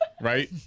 Right